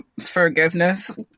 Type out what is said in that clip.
forgiveness